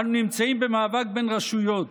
אנו נמצאים במאבק בין רשויות,